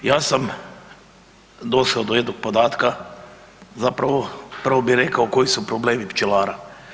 Ja sam došao do jednog podatka zapravo prvo bi rekao koji su problemi pčelara.